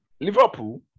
liverpool